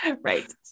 Right